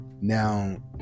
Now